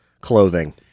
clothing